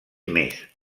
més